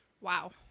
Wow